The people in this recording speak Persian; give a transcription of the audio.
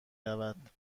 رود